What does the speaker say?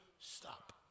stop